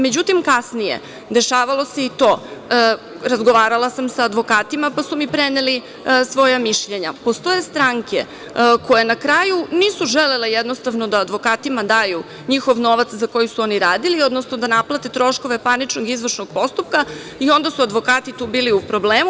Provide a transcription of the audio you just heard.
Međutim, kasnije dešavalo se i to, razgovarala sam sa advokatima, pa su mi preneli svoja mišljenja, postoje stranke koje na kraju nisu želele jednostavno da advokatima daju njihov novac za koji su oni radili, odnosno da naplate troškove parničkog i izvršnog postupka i onda su advokati tu bili u problemu.